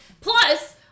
Plus